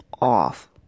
off